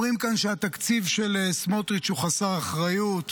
אומרים כאן שהתקציב של סמוטריץ' הוא חסר אחריות,